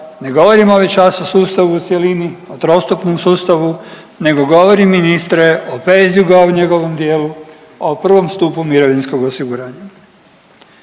Ne govorim ovaj čas o sustavu u cjelini, o trostupnom sustavu nego govorim ministre o …/Govornik se ne razumije./… njegovom dijelu, o prvom stupu mirovinskog osiguranja.